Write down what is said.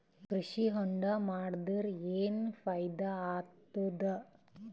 ಕೃಷಿ ಹೊಂಡಾ ಮಾಡದರ ಏನ್ ಫಾಯಿದಾ ಆಗತದ?